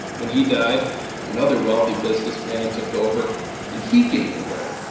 when he died another wealthy businessman took over and he gave away,